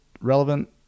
relevant